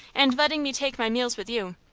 and letting me take my meals with you.